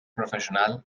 professional